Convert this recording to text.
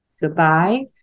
goodbye